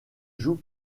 joue